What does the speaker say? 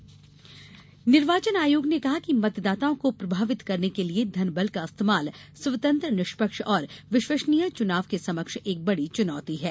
आयोग निर्देश निर्वाचन आयोग ने कहा कि मतदाताओं को प्रभावित करने के लिए धन बल का इस्तेमाल स्वतंत्र निष्पक्ष और विश्वसनीय चुनाव के समक्ष एक बड़ी चुनौती है